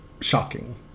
shocking